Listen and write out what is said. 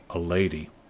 a lady,